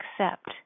accept